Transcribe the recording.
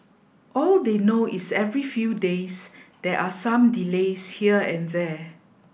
all they know is every few days there are some delays here and there